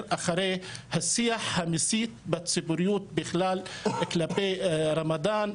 אחרי השיח המסית בציבוריות בכלל כלפי רמדאן,